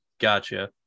Gotcha